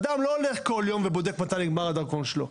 אדם לא בודק כל יום מתי נגמר הדרכון שלו.